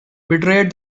betrayed